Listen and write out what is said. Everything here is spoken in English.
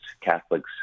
Catholics